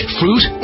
fruit